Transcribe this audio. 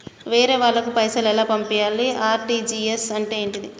వేరే వాళ్ళకు పైసలు ఎలా పంపియ్యాలి? ఆర్.టి.జి.ఎస్ అంటే ఏంటిది?